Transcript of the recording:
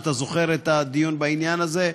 אתה זוכר את הדיון בעניין הזה?